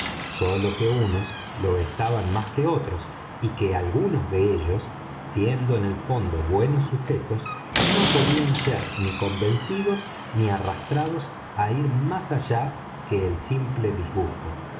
sólo que unos lo estaban más que otros y que algunos de ellos siendo en el fondo buenos sujetos no podían ser ni convencidos ni arrastrados á ir más allá que el simple disgusto